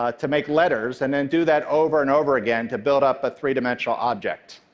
ah to make letters, and then do that over and over again to build up a three-dimensional object.